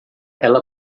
ela